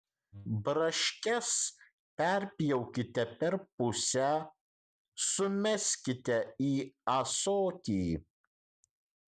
braškes perpjaukite per pusę sumeskite į ąsotį